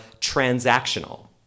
transactional